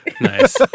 nice